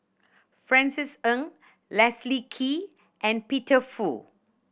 Francis Ng Leslie Kee and Peter Fu